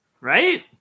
Right